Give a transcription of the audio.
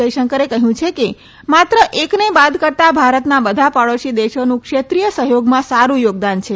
જયશંકરે કહયું કે માત્ર એકને બાદ કરતા ભારતના બઘા પડોશી દેશોનું ક્ષેત્રીય સહયોગમાં સારૃ યોગદાન છે